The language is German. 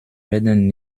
werden